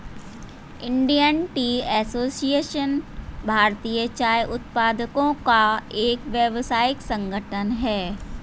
Indian tea association भारतीय चाय उत्पादकों का एक व्यावसायिक संगठन है